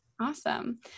Awesome